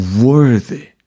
worthy